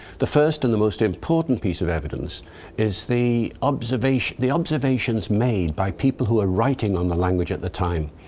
the first and the most important piece of evidence is the observations the observations made by people who are writing on the language at the time.